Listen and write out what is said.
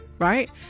Right